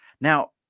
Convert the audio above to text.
Now